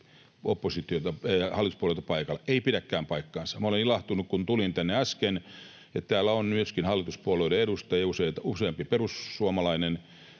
Junnila: Ei pidä paikkaansa!] — Ei pidäkään paikkaansa, minä olen ilahtunut, kun tulin tänne äsken, ja täällä on myöskin hallituspuolueiden edustajia, useampi perussuomalainen,